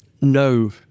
No